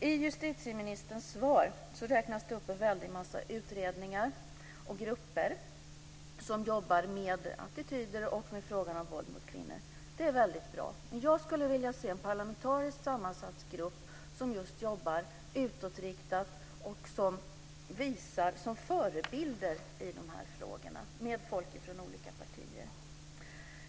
I justitieministerns svar räknas en väldig massa utredningar och grupper upp som jobbar med attityder och med frågan om våld mot kvinnor. Det är väldigt bra. Men jag skulle vilja se en parlamentariskt sammansatt grupp som jobbar utåtriktat och som visar förebilder i dessa frågor med folk från olika partier.